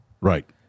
Right